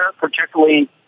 particularly